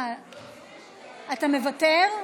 אתה מוותר?